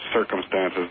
circumstances